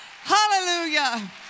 Hallelujah